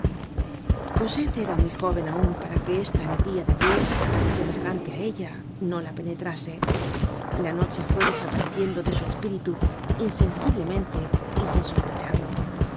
era muy jóven aun para que esta alegría de abril semejante á ella no la penetrase la noche fue desapareciendo de su espíritu insensiblemente y sin sospecharlo